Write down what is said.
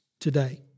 today